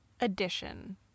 addition